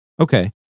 Okay